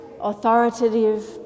authoritative